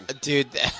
dude